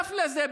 נוסף לזה,